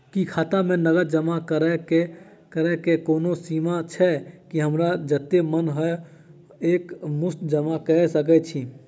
की खाता मे नगद जमा करऽ कऽ कोनो सीमा छई, की हमरा जत्ते मन हम एक मुस्त जमा कऽ सकय छी?